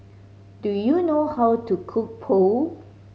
do you know how to cook Pho